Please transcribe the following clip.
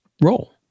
roll